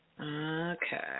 Okay